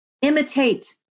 Imitate